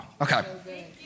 Okay